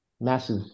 Massive